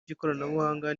by’ikoranabuhanga